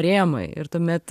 rėmai ir tuomet